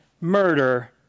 murder